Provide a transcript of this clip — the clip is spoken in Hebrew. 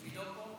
היא לא פה?